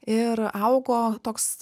ir augo toks